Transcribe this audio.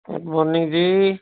good morning ਜੀ